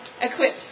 equipped